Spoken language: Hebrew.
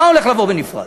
מה הולך לבוא בנפרד?